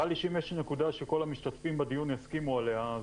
נראה לי שאם יש נקודה שכל המשתתפים בדיון יסכימו עליה,